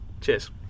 Cheers